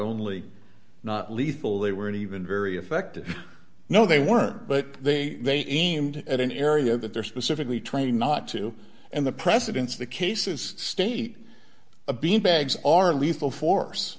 only not lethal they weren't even very effective no they weren't but they they aimed at an area that they're specifically trained not to and the precedents the cases state a beanbags are lethal force